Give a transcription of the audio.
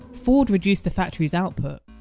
ford reduced the factory's output.